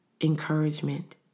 encouragement